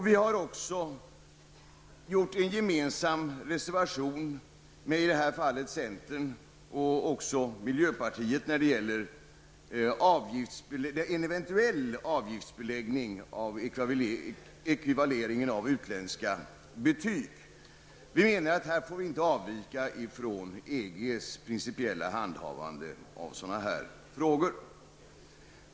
Vi har också en med centern och miljöpartiet gemensam reservation beträffande en eventuell avgiftsbeläggning av ekvivaleringen av utländska betyg. Vi menar att vi i detta sammanhang inte får avvika från EGs principiella handhavande av sådana här frågor.